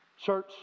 Church